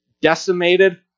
decimated